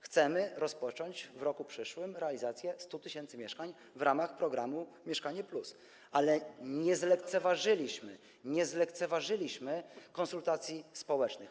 Chcemy rozpocząć w roku przyszłym realizację 100 tys. mieszkań w ramach programu „Mieszkanie+”, ale nie zlekceważyliśmy konsultacji społecznych.